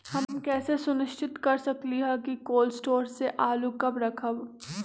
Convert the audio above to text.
हम कैसे सुनिश्चित कर सकली ह कि कोल शटोर से आलू कब रखब?